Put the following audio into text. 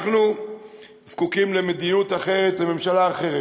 אנחנו זקוקים למדיניות אחרת ולממשלה אחרת.